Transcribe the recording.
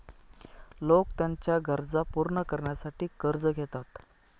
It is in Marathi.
लोक त्यांच्या गरजा पूर्ण करण्यासाठी कर्ज घेतात